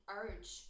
urge